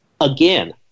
again